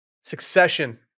Succession